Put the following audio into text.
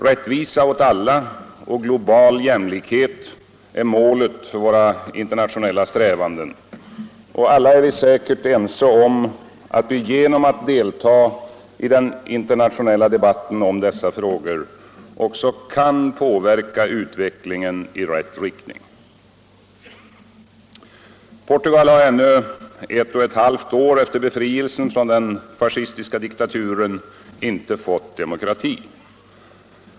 Rättvisa åt alla och global jämlikhet är målet för våra internationella strävanden, och alla är vi säkert ense om att vi genom att delta i den internationella debatten om dessa frågor också kan påverka utvecklingen i rätt riktning. Portugal har ännu ett och ett halvt år efter befrielsen från den fascistiska diktaturen inte fått demokrati.